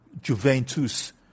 Juventus